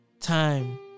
time